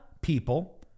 people